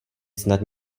snad